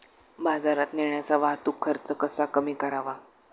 बाजारात नेण्याचा वाहतूक खर्च कसा कमी करावा?